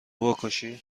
بکشی